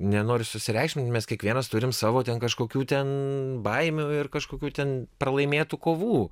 nenoriu susireikšmint mes kiekvienas turim savo ten kažkokių ten baimių ir kažkokių ten pralaimėtų kovų